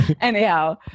anyhow